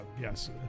yes